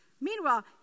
Meanwhile